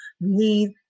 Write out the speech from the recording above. need